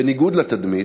בניגוד לתדמית,